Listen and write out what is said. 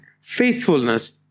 faithfulness